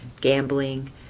gambling